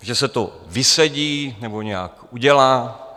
Že se to vysedí nebo nějak udělá?